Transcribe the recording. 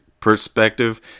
perspective